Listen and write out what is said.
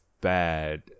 bad